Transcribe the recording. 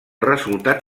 resultat